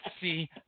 See